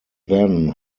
then